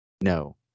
No